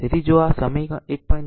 તેથી જો આ સમીકરણ 1